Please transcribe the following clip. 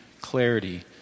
clarity